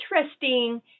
interesting